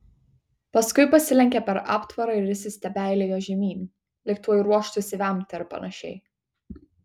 paskui pasilenkė per aptvarą ir įsistebeilijo žemyn lyg tuoj ruoštųsi vemti ar panašiai